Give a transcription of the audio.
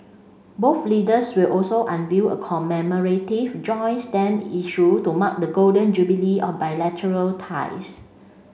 both leaders will also unveil a commemorative joint stamp issue to mark the Golden Jubilee of bilateral ties